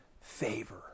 favor